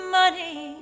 money